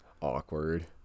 awkward